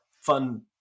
fun